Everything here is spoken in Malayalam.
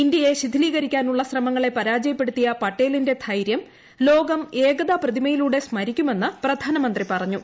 ഇന്ത്യയെ ശിഥിലീകരിക്കാനുള്ള ശ്രമങ്ങളെ പരാജയപ്പെടുത്തിയ പട്ടേലിന്റെ ധൈര്യം ലോകം ഏകതാ പ്രതിമയിലൂടെ സ്മരിക്കുമെന്ന് പ്രധാനമന്ത്രി പറഞ്ഞു